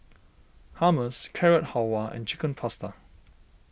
Hummus Carrot Halwa and Chicken Pasta